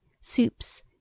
soups